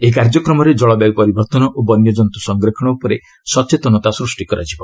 ଏହି କାର୍ଯ୍ୟକ୍ରମରେ ଜଳବାୟୁ ପରିବର୍ତ୍ତନ ଓ ବନ୍ୟଜନ୍ତୁ ସଂରକ୍ଷଣ ଉପରେ ସଚେତନତା ସୃଷ୍ଟି କରାଯିବ